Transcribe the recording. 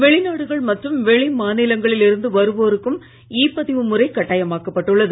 வெளிநாடுகள் மற்றும் வெளிமாநிலங்களில் இருந்து வருவோருக்கும் இ பதிவு முறை கட்டாயமாக்கப்பட்டுள்ளது